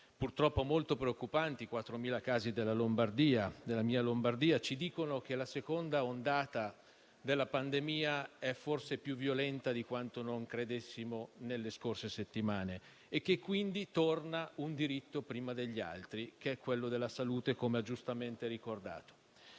purtroppo molto preoccupanti con i 4.000 casi della mia Lombardia. Questi dati ci dicono che la seconda ondata della pandemia è forse più violenta di quanto non credessimo nelle scorse settimane e che quindi torna al primo posto rispetto agli altri un diritto, quello della salute, come ha giustamente ricordato.